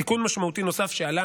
תיקון משמעותי נוסף שעלה